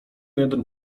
jeden